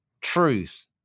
truth